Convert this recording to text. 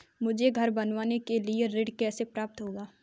मुझे घर बनवाने के लिए ऋण कैसे प्राप्त होगा?